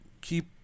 keep